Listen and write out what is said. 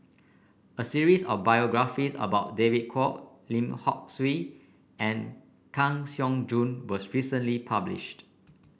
a series of biographies about David Kwo Lim Hock Siew and Kang Siong Joo was recently published